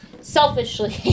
Selfishly